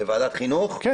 אחד.